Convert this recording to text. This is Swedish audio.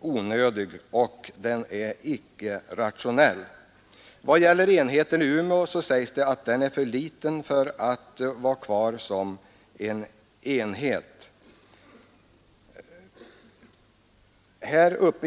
onödig och att den icke är rationell. Beträffande enheten i Umeå sägs det att den är för liten för att vara kvar.